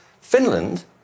Finland